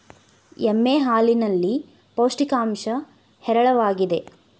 ಎಮ್ಮೆ ಹಾಲಿನಲ್ಲಿ ಪೌಷ್ಟಿಕಾಂಶ ಹೇರಳವಾಗಿದೆ